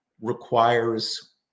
requires